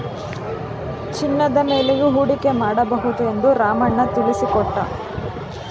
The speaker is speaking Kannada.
ಚಿನ್ನದ ಮೇಲೆಯೂ ಹೂಡಿಕೆ ಮಾಡಬಹುದು ಎಂದು ರಾಮಣ್ಣ ತಿಳಿಸಿಕೊಟ್ಟ